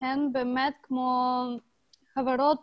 והן כמו חברות